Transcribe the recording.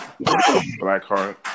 Blackheart